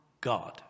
God